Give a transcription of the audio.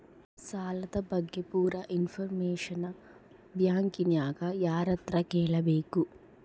ಸಾಲದ ಬಗ್ಗೆ ಪೂರ ಇಂಫಾರ್ಮೇಷನ ಬ್ಯಾಂಕಿನ್ಯಾಗ ಯಾರತ್ರ ಕೇಳಬೇಕು?